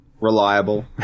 reliable